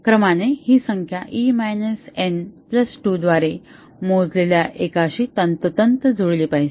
क्रमाने ही संख्या e n 2 द्वारे मोजलेल्या एकाशी तंतोतंत जुळली पाहिजे